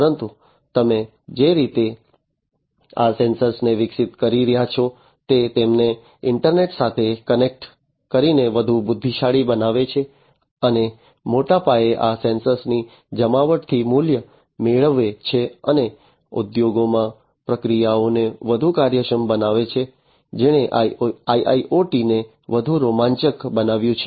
પરંતુ તમે જે રીતે આ સેન્સર્સને વિકસિત કરી રહ્યા છો તે તેમને ઈન્ટરનેટ સાથે કનેક્ટ કરીને વધુ બુદ્ધિશાળી બનાવે છે અને મોટા પાયે આ સેન્સર્સની જમાવટથી મૂલ્ય મેળવે છે અને ઉદ્યોગોમાં પ્રક્રિયાઓને વધુ કાર્યક્ષમ બનાવે છે જેણે IIoTને વધુ રોમાંચક બનાવ્યું છે